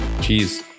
Cheers